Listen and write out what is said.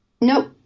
Nope